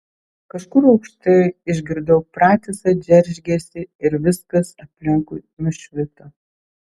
kažkur aukštai išgirdau pratisą džeržgesį ir viskas aplinkui nušvito